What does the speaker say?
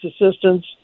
assistance